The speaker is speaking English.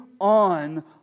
on